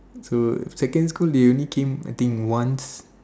so second school they only came I think once